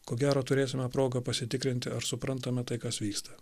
ko gero turėsime progą pasitikrinti ar suprantame tai kas vyksta